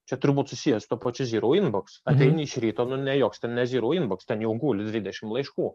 čia turbūt susiję su ta pačiu zyrau inboks ateini iš ryto nu ne joks ten ne zyrau inboks ten jau guli dvidešimt laiškų